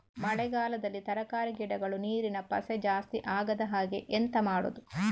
ಮಳೆಗಾಲದಲ್ಲಿ ತರಕಾರಿ ಗಿಡಗಳು ನೀರಿನ ಪಸೆ ಜಾಸ್ತಿ ಆಗದಹಾಗೆ ಎಂತ ಮಾಡುದು?